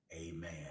amen